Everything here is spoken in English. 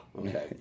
Okay